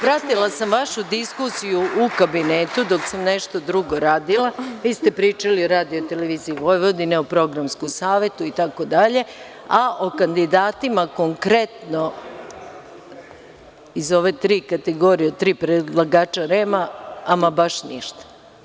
Pratila sam vašu diskusiju u kabinetu, dok sam nešto drugo radila, vi ste pričali o RTV, o programskom savetu itd. a o kandidatima konkretno iz ove tri kategorije, tri predlagača REM baš ništa.